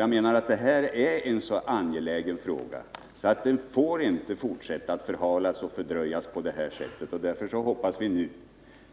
Jag menar att detta är en så angelägen fråga att man inte får fortsätta att förhala och fördröja den på det här sättet. Därför hoppas vi nu,